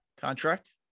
Contract